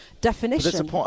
definition